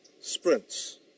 sprints